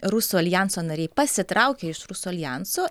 rusų aljanso nariai pasitraukė iš rusų aljanso